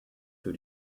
für